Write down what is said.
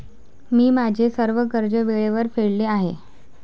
मी माझे सर्व कर्ज वेळेवर फेडले आहे